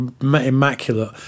immaculate